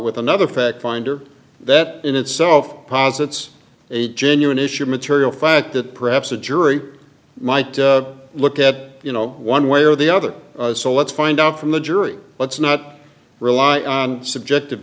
with another fact finder that in itself posits a genuine issue of material fact that perhaps a jury might look at you know one way or the other so let's find out from the jury let's not rely on subjective